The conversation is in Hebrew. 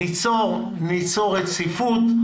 ניצור רציפות,